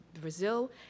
Brazil